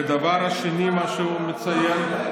והדבר השני שהוא מציין: